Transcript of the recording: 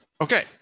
Okay